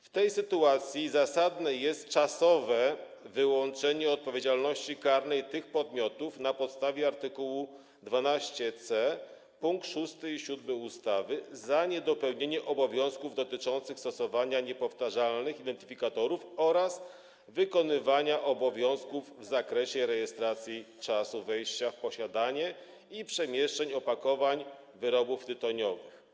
W tej sytuacji zasadne jest czasowe wyłączenie odpowiedzialności karnej tych podmiotów na podstawie art. 12c pkt 6 i 7 ustawy za niedopełnienie obowiązków dotyczących stosowania niepowtarzalnych identyfikatorów oraz obowiązków w zakresie rejestracji czasu wejścia w posiadanie i przemieszczeń opakowań wyrobów tytoniowych.